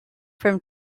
from